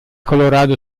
colorado